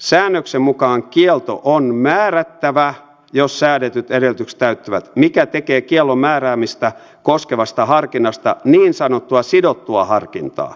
säännöksen mukaan kielto on määrättävä jos säädetyt edellytykset täyttyvät mikä tekee kiellon määräämistä koskevasta harkinnasta niin sanottua sidottua harkintaa